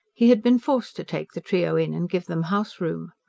he had been forced to take the trio in and give them house-room.